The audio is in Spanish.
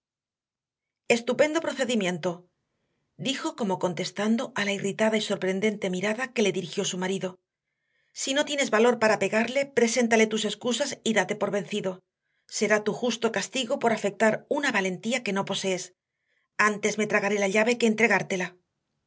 estupendo procedimiento dijo como contestando a la irritada y sorprendente mirada que le dirigió su marido si no tienes valor para pegarle preséntale tus excusas o date por vencido será tu justo castigo por afectar una valentía que no posees antes me tragaré la llave que entregártela